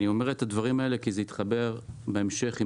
אני אומר את הדברים האלה כי זה יתחבר בהמשך עם